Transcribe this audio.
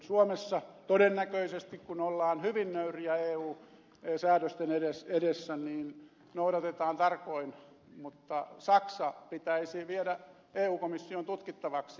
suomessa todennäköisesti kun ollaan hyvin nöyriä eu säädösten edessä noudatetaan niitä tarkoin mutta saksa pitäisi viedä eu komission tutkittavaksi